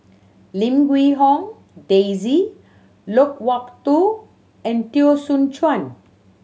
Lim Huee Hong Daisy Loke Wak Tho and Teo Soon Chuan